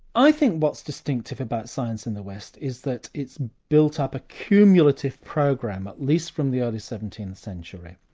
i think what's distinctive about science in the west is that it's built up a cumulative program, at least from the early seventeenth century.